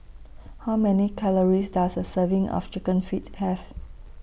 How Many Calories Does A Serving of Chicken Feet Have